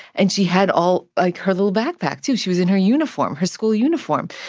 and she had all like, her little backpack, too. she was in her uniform, her school uniform.